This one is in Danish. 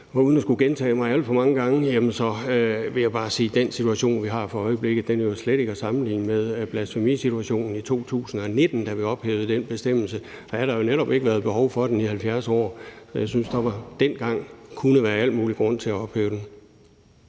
uden at skulle gentage mig selv alt for mange gange vil jeg bare sige, at den situation, vi har for øjeblikket, jo slet ikke er at sammenligne med blasfemisituationen i 2017, da vi ophævede den bestemmelse, og da havde der jo netop ikke været behov for den i 70 år. Så jeg synes, at der dengang kunne være al mulig grund til at ophæve den.